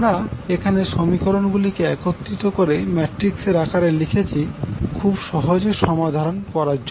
আমরা এখানে সমীকরণ গুলিকে একত্রিত করে ম্যাট্রিক্স এর আকারে লিখেছি খুব সহজে সমাধান করার জন্য